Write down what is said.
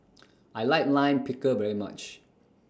I like Lime Pickle very much